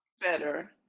better